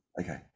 Okay